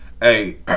hey